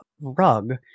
rug